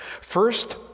First